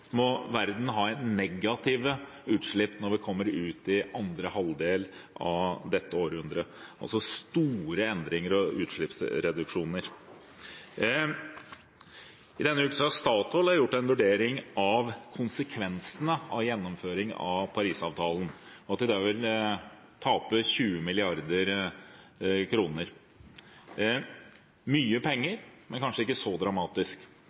verden må ha negative utslipp når vi kommer ut i andre halvdel av dette århundret – altså store endringer og store utslippsreduksjoner. Nylig har Statoil gjort en vurdering av konsekvensene av gjennomføring av Paris-avtalen og sier at de vil tape 20 mrd. kr. Det er mye penger, men kanskje ikke så dramatisk.